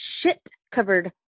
shit-covered